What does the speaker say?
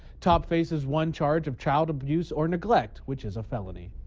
topp faces one charge of child abuse or neglect. which is a felony.